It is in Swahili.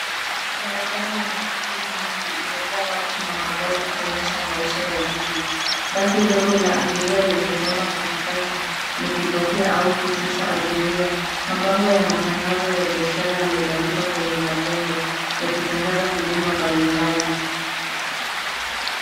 Barabara yenye shughuli nyingi imejaa watu na magari ikionyesha maisha ya jiji. Basi dogo la abiria limesimama katikati likipakia au kushusha abiria. Mabango ya matangazo ya biashara yamebandikwa kwenye majengo yakitangaza huduma mbalimbali.